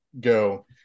go